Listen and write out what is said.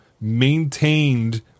maintained